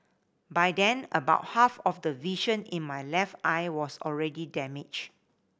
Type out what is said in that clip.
by then about half of the vision in my left eye was already damaged